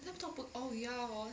laptop put oh ya hor